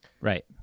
right